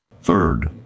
Third